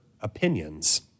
opinions